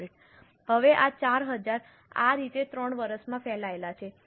હવે આ 4000 આ રીતે ત્રણ વર્ષમાં ફેલાયેલા છે